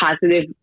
positive